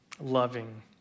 loving